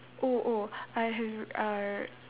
oh oh I have err